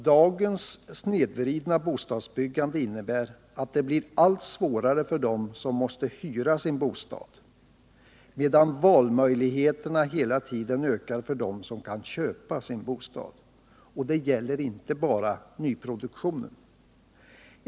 Dagens snedvridna bostadsbyggande innebär att det blir allt svårare för dem som måste hyra sin bostad, medan valmöjligheterna hela tiden ökar för dem som kan köpa sin bostad. Detta gäller inte bara nyproduktionen.